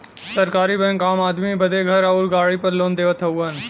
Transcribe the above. सरकारी बैंक आम आदमी बदे घर आउर गाड़ी पर लोन देवत हउवन